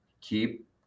Keep